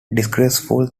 disgraceful